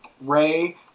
Ray